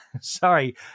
Sorry